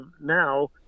now